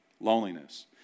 Loneliness